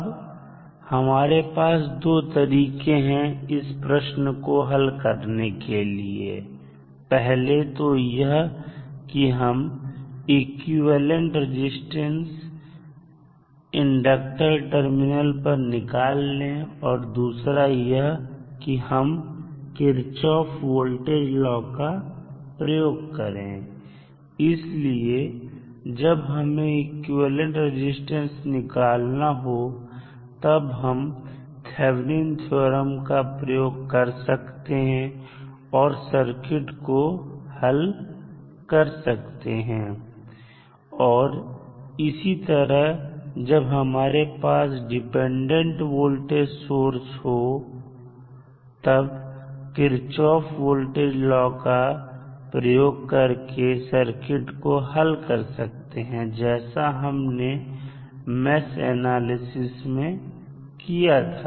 अब हमारे पास दो तरीके हैं इस प्रश्न को हल करने के लिए पहले तो यह है कि हम इक्विवेलेंट रेजिस्टेंस इंडक्टर टर्मिनल पर निकाल ले और दूसरा तरीका यह है कि हम किरचाफ वोल्टेज लॉ का प्रयोग करें इसलिए जब हमें इक्विवेलेंट रेजिस्टेंस निकालना हो तब हम थैबनिन थ्योरम Thevenins theorem का प्रयोग कर सकते हैं और सर्किट को हल कर सकते हैं और इसी तरह जब हमारे पास डिपेंडेंट वोल्टेज सोर्स हो तब किरचाफ वोल्टेज लॉ का प्रयोग करके सर्किट को हल कर सकते हैं जैसा हमने मेष एनालिसिस में किया था